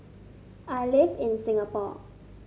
I live in Singapore